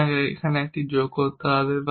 আপনাকে এখানে একটি যোগ করতে হবে